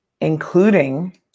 including